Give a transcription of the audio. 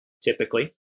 typically